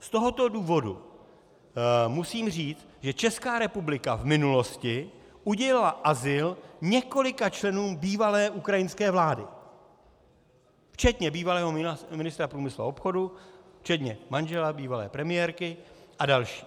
Z tohoto důvodu musím říct, že Česká republika v minulosti udělila azyl několika členům bývalé ukrajinské vlády včetně bývalého ministra průmyslu a obchodu, včetně manžela bývalé premiérky a dalších.